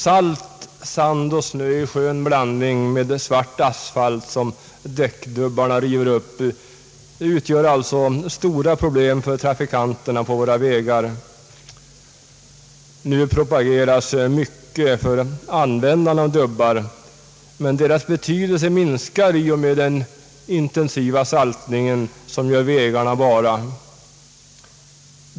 Salt, sand och snö i skön blandning med svart asfalt som däckdubbarna river upp utgör alltså stora problem för trafikanterna på våra vägar. Nu propageras mycket för användande av dubbar, men deras betydelse minskar i och med den intensiva saltningen som gör vägarna bara.